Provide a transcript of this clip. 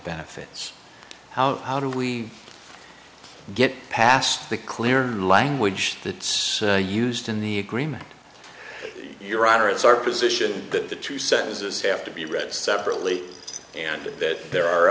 benefits how how do we get past the clear language that it's used in the agreement your honor it's our position that the two sentences have to be read separately and that there are